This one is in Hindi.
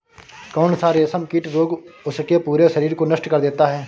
कौन सा रेशमकीट रोग उसके पूरे शरीर को नष्ट कर देता है?